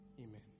amen